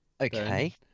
okay